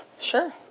sure